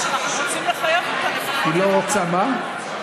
אנחנו רוצים לחייב אותה לפחות, היא לא רוצה מה?